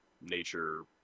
nature